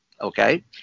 Okay